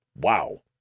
wow